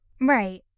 Right